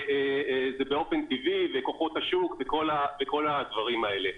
וזה באופן טבעי, וכוחות השוק וכול הדברים האלה.